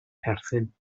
perthyn